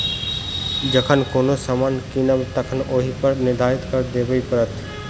जखन कोनो सामान कीनब तखन ओहिपर निर्धारित कर देबय पड़त